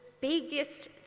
biggest